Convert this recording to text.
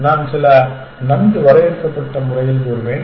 நான் சில நன்கு வரையறுக்கப்பட்ட முறையில் கூறுவேன்